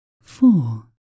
Four